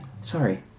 Sorry